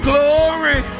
glory